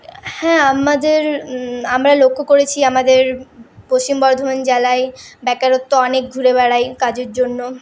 হ্যাঁ আমাদের আমরা লক্ষ্য করেছি আমাদের পশ্চিম বর্ধমান জেলায় বেকারত্ব অনেক ঘুরে বেড়ায় কাজের জন্য